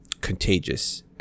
contagious